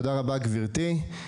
תודה רבה, גברתי.